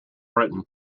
britain